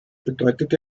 bedeutet